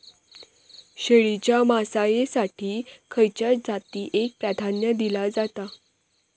शेळीच्या मांसाएसाठी खयच्या जातीएक प्राधान्य दिला जाता?